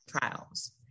trials